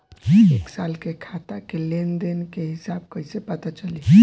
एक साल के खाता के लेन देन के हिसाब कइसे पता चली?